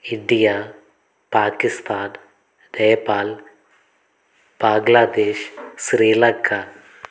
India Pakistan Nepal Bangladesh Sri Lanka